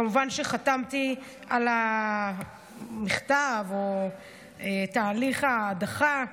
כמובן שחתמתי על המכתב או תהליך ההדחה,